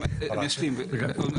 משפט שאתה רוצה להגיד?